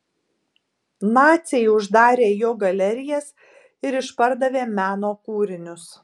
naciai uždarė jo galerijas ir išpardavė meno kūrinius